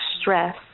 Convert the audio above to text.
stress